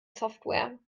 software